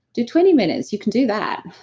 do twenty minutes. you can do that